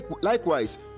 Likewise